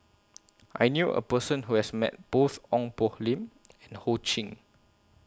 I knew A Person Who has Met Both Ong Poh Lim and Ho Ching